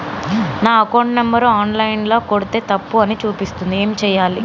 నా account number online ల కొడ్తే తప్పు అని చూపిస్తాంది ఏం చేయాలి?